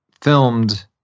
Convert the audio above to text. filmed